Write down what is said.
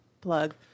plug